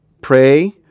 pray